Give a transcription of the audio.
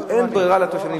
אבל אין ברירה לתושבים,